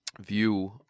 view